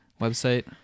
website